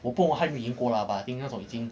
我不懂他有没有赢过啦 but I think 那种已经